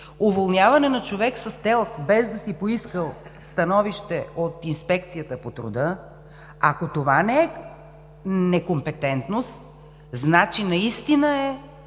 уволняване на човек с ТЕЛК, без да си поискал становище от Инспекцията по труда?! Ако това не е некомпетентност, значи наистина е